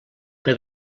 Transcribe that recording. que